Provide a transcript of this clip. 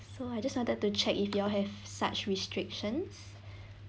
so I just wanted to check if you all have such restrictions